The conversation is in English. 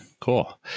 Cool